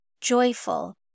joyful